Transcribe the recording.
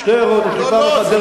צודק כבוד השר, אנחנו מחכים לתוצאות.